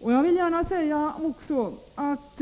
Jag vill också gärna säga att